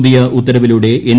പുതിയ ഉത്തരവിലൂടെ എൻ